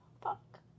fuck